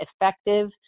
effective